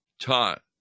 taught